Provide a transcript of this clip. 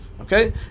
Okay